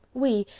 we.